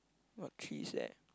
got cheese eh